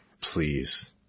please